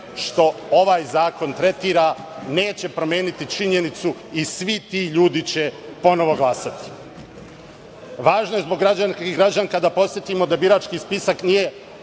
što ovaj zakon tretira neće promeniti činjenicu i svi ti ljudi će ponovo glasati. Važno je zbog građanki i građana da podsetimo da birački spisak nije